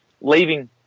leaving